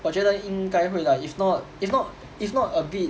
我觉得应该会 lah if not if not if not a bit